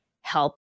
help